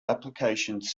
applications